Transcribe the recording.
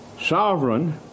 sovereign